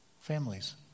Families